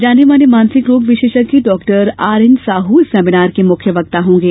जानेमाने मानसिक रोग विशेषज्ञ डॉ आर एन साह इस सेमिनार के मुख्य वक्ता होंगे